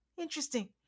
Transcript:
interesting